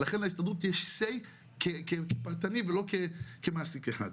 לכן להסתדרות יש say כפרטני ולא כמעסיק אחד.